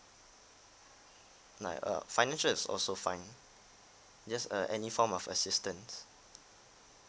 like a financial is also fine yes uh any form of assistance